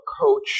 coach